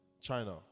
China